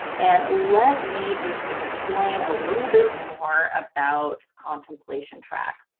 and let me just explain a little bit more about contemplation track.